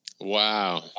Wow